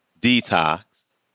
Detox